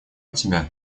тебя